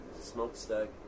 smokestack